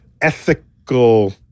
ethical